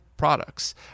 products